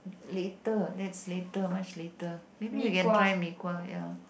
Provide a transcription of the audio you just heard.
later that's later must later maybe we can try mee-kuah ya